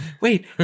Wait